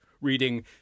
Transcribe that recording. reading